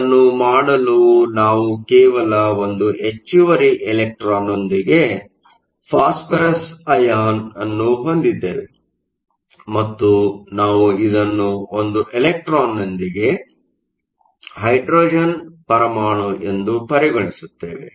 ಅದನ್ನು ಮಾಡಲು ನಾವು ಕೇವಲ ಒಂದು ಹೆಚ್ಚುವರಿ ಎಲೆಕ್ಟ್ರಾನ್ನೊಂದಿಗೆ ಫಾಸ್ಪರಸ್ ಅಯಾನ್ ಅನ್ನು ಹೊಂದಿದ್ದೇವೆ ಮತ್ತು ನಾವು ಇದನ್ನು ಒಂದು ಎಲೆಕ್ಟ್ರಾನ್ನೊಂದಿಗೆ ಹೈಡ್ರೋಜನ್ ಪರಮಾಣು ಎಂದು ಪರಿಗಣಿಸುತ್ತೇವೆ